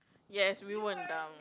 yes we won't down